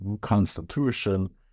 constitution